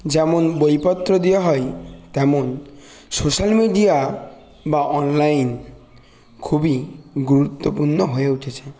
যেমন বইপত্র দেওয়া হয় তেমন সোশাল মিডিয়া বা অনলাইন খুবই গুরুত্বপূর্ণ হয়ে উঠেছে